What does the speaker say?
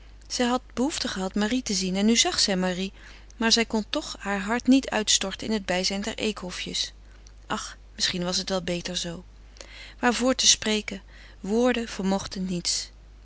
zij had behoefte gehad marie te zien en nu zag zij marie maar zij kon toch haar hart niet uitstorten in het bijzijn der eekhofjes ach misschien was het wel beter zoo waarvoor te spreken woorden vermochten niets